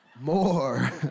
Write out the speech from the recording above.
More